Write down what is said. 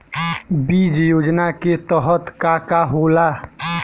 बीज योजना के तहत का का होला?